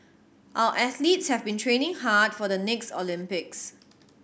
our athletes have been training hard for the next Olympics